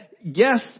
yes